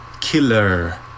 Killer